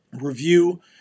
review